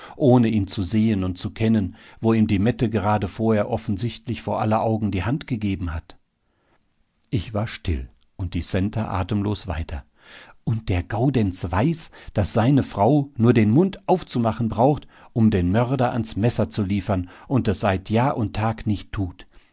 ohne ihn zu sehen und zu kennen wo ihm die mette gerade vorher offensichtlich vor aller augen die hand gegeben hat ich war still und die centa atemlos weiter und der gaudenz weiß daß seine frau nur den mund aufzumachen braucht um den mörder ans messer zu liefern und es seit jahr und tag nicht tut